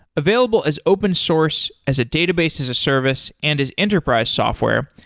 available as open source as a database as a service and as enterprise software,